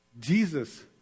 Jesus